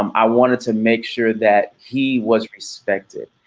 um i wanted to make sure that he was respected.